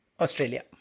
Australia